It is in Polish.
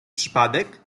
przypadek